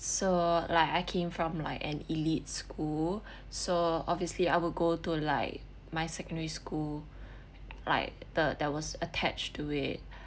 so like I came from like an elite school so obviously I will go to like my secondary school like the that was attached to it